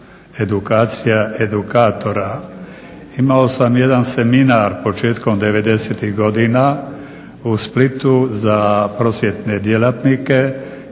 edukacija edukatora. Imao sam jedan seminar početkom 90. godina u Splitu za prosvjetne djelatnike